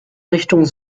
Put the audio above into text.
richtung